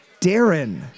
Darren